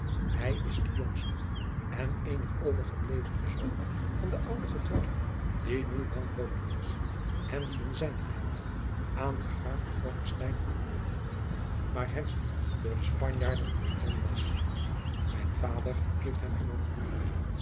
hij is de jongste en eenig overgeblevene zoon van den ouden getrouwen die nu lang dood is en die in zijn tijd aan den graaf van falckestein had toebehoord maar hem door de spanjaarden ontnomen was mijn vader heeft hem herwonnen